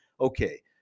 Okay